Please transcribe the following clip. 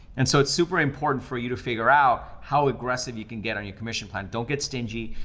and so it's super important for you to figure out how aggressive you can get on your commission plan. don't get stingy,